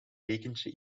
dekentje